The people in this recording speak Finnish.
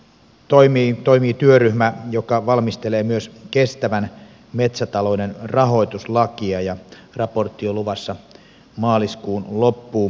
parhaillaan toimii työryhmä joka valmistelee myös kestävän metsätalouden rahoituslakia ja raportti on luvassa maaliskuun loppuun mennessä